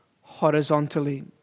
horizontally